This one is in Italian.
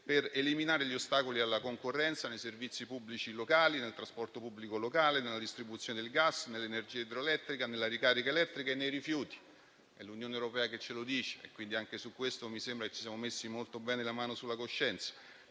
per eliminare gli ostacoli alla concorrenza nei servizi pubblici locali, nel trasporto pubblico locale, nella distribuzione del gas e dell'energia idroelettrica, nella ricarica elettrica e nei rifiuti - è l'Unione europea che ce lo dice, quindi anche su questo mi sembra che ci siamo messi molto bene la mano sulla coscienza